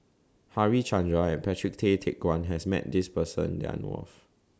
Harichandra and Patrick Tay Teck Guan has Met This Person that I know of